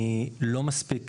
אני לא מספיק,